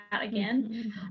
again